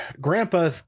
Grandpa